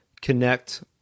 connect